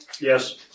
Yes